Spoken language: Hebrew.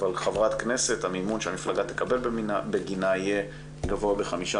אבל המימון שהמפלגה תקבל בגין חברת כנסת יהיה גבוה ב-15%.